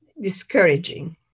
discouraging